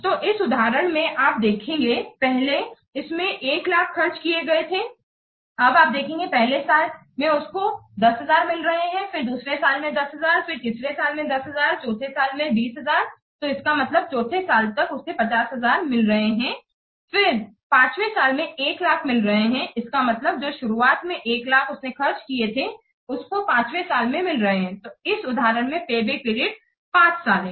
तो इस उदाहरण में आप देखेंगे पहले इसमें 100000 खर्च किए गए थे और आप देखेंगे पहले साल में उसको 10000 मिल रहे हैं फिर दूसरे साल में 10000 तीसरे साल में 10000 चौथी साल में 20000 तो इसका मतलब चौथे साल तक उसे 50000 मिल रहे हैं फिर पांचवी साल में उसे 100000 मिल रहे हैं इसका मतलब जो शुरुआत में 100000 उसने खर्च किए थे उसको पांचवे साल में मिल रहे हैं तो इस उदाहरण में पेबैक पीरियड 5 साल है